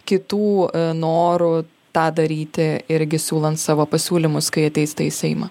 kitų norų tą daryti irgi siūlant savo pasiūlymus kai ateis į seimą